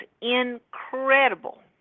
incredible